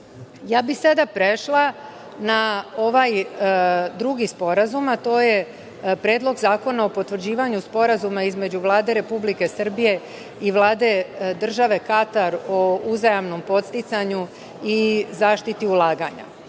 bih prešla na ovaj drugi sporazum, a to je Predlog zakona o potvrđivanju Sporazuma između Vlade Republike Srbije i Vlade države Katar o uzajamnom podsticanju i zaštitu ulaganja.